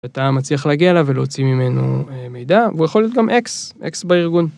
אתה מצליח להגיע אליו ולהוציא ממנו מידע והוא יכול להיות גם אקס אקס בארגון.